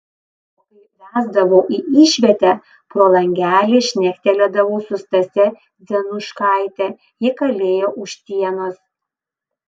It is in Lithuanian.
o kai vesdavo į išvietę pro langelį šnekteldavau su stase dzenuškaite ji kalėjo už sienos